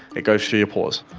it goes through your pores.